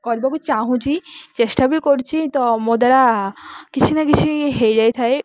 କରିବାକୁ ଚାହୁଁଛି ଚେଷ୍ଟା ବି କରୁଛି ତ ମୋ ଦ୍ୱାରା କିଛି ନା କିଛି ହେଇଯାଇଥାଏ